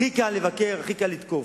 הכי קל לבקר, הכי קל לתקוף.